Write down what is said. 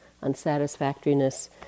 unsatisfactoriness